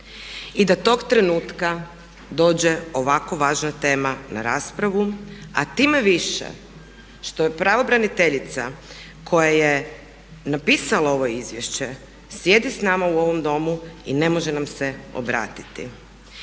i da tog trenutka dođe ovako važna tema na raspravu a tim više što je pravobraniteljica koja je napisala ovo izvješće sjedi s nama u ovom Domu i ne može nam se obratiti.